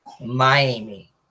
Miami